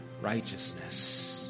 righteousness